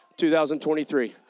2023